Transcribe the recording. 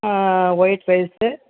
white rice